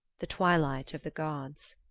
the twilight of the gods.